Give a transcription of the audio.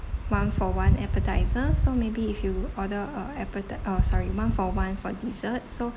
one for one appetiser so maybe if you order a appeti~ oh sorry one for one for dessert so